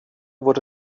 wurde